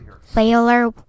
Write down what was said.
Failure